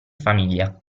famiglia